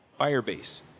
Firebase